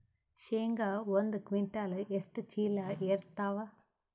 ಶೇಂಗಾ ಒಂದ ಕ್ವಿಂಟಾಲ್ ಎಷ್ಟ ಚೀಲ ಎರತ್ತಾವಾ?